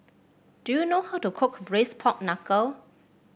do you know how to cook Braised Pork Knuckle